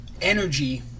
energy